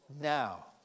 Now